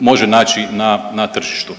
može naći na tržištu.